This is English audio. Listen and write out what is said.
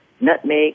nutmeg